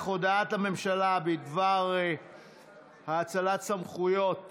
הודעת הממשלה בדבר האצלת סמכויות